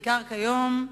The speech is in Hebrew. בעיקר כיום,